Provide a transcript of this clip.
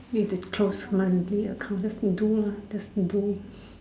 need to close monthly account just to do lah just to do